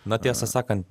na tiesą sakant